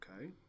okay